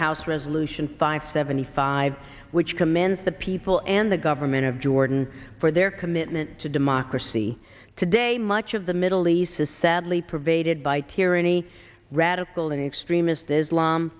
house resolution five seventy five which commands the people and the government of jordan for their commitment to democracy today much of the middle east is sadly pervaded by tyranny radical and extremist islam